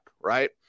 right